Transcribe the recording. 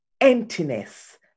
emptiness